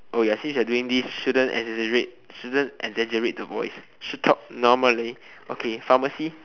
oh ya since you're doing this shouldn't exaggerate shouldn't exaggerate the voice should talk normally